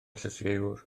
llysieuwr